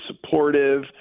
supportive